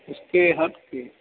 उसके हट कर